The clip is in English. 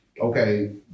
Okay